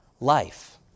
life